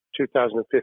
2015